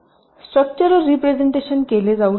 structural representation केले जाऊ शकते